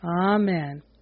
amen